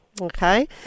Okay